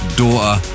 daughter